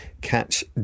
catch